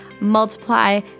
multiply